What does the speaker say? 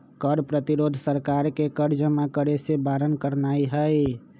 कर प्रतिरोध सरकार के कर जमा करेसे बारन करनाइ हइ